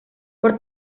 per